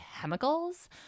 chemicals